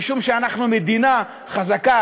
משום שאנחנו מדינה חזקה,